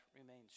remains